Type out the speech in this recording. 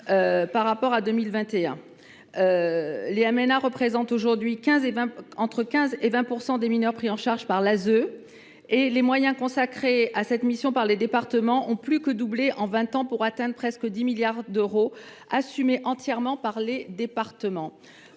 par rapport à 2021. Les MNA représentent aujourd’hui entre 15 % et 20 % des mineurs pris en charge par l’ASE et les moyens consacrés à cette mission par les départements ont plus que doublé en vingt ans, pour atteindre presque 10 milliards d’euros ; cette dépense est entièrement assumée par les départements.